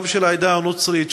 גם של העדה הנוצרית,